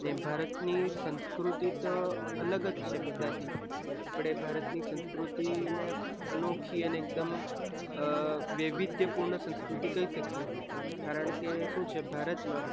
ને ભારતની સંસ્કૃતિ તો અલગ જ છે બધાથી આપણે ભારતની સંસ્કૃતિને અનોખી અને એકદમ વૈવિધ્યપૂર્ણ સંસ્કૃતિ કહી શકીએ કારણ કે શું છે ભારતમાં